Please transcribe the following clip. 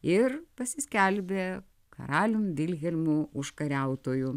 ir pasiskelbė karalium vilhelmu užkariautoju